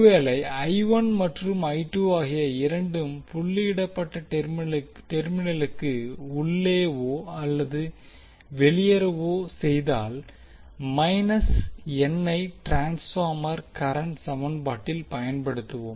ஒருவேளை மற்றும் ஆகிய இரண்டும் புள்ளியிடப்பட்ட டெர்மினலுக்கு உள்ளேவோ அல்லது வெளியேறவோ செய்தால் ஐ ட்ரான்ஸ்பார்மர் கரண்ட் சமன்பாட்டில் பயன்படுத்தவும்